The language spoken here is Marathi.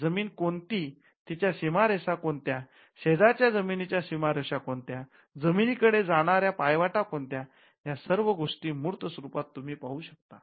जमीन कोणती तीच्या सीमारेषा कोणत्या शेजारच्या जमीनीच्या सीमारेषा कोणत्या जमिनी कडे जाणाऱ्या पायवाटा कोणत्या यासर्व गोष्टी मूर्त स्वरुपात तुम्ही पाहू शकतात